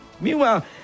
meanwhile